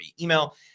email